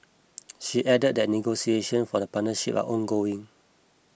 she added that negotiation for the partnership are ongoing